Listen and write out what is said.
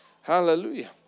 hallelujah